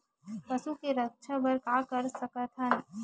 पशु के रक्षा बर का कर सकत हन?